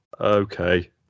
Okay